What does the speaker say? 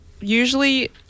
usually